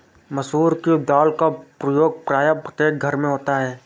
मसूर की दाल का प्रयोग प्रायः प्रत्येक घर में होता है